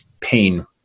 pain